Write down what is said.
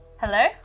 Hello